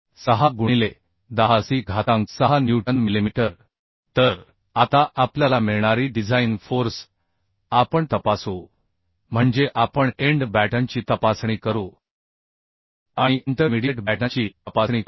06 गुणिले 10 सी घातांक 6 न्यूटन मिलिमीटर तर आता आपल्याला मिळणारी डिझाइन फोर्स आपण तपासू म्हणजे आपण एंड बॅटनची तपासणी करू आणि इंटरमीडिएट बॅटनची तपासणी करू